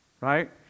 Right